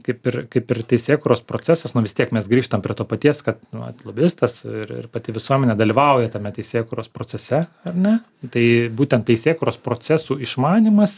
kaip ir kaip ir teisėkūros procesas nu vis tiek mes grįžtam prie to paties kad nu vat lobistas ir ir pati visuomenė dalyvauja tame teisėkūros procese ar ne tai būtent teisėkūros procesų išmanymas